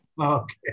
Okay